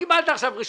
קיבלת עכשיו רשות,